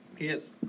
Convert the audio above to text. Yes